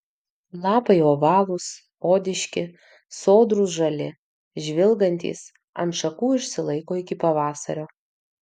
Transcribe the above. lapai ovalūs odiški sodrūs žali žvilgantys ant šakų išsilaiko iki pavasario